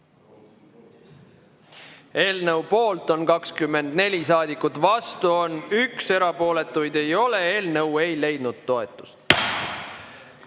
Eelnõu poolt on 24 saadikut, vastu on 1, erapooletuid ei ole. Eelnõu ei leidnud toetust.